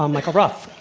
um michael roth.